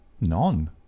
None